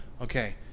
okay